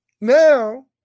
Now